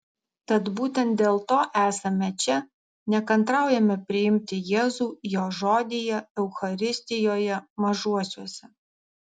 tad būtent dėl to esame čia nekantraujame priimti jėzų jo žodyje eucharistijoje mažuosiuose